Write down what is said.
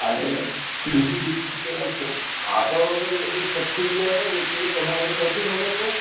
આજે બીજું કહેવાનું હતું કે આ ખાતરોની બધી સબસિડીઓ આપે છે તે તમારે ત્યાંથી મળે કે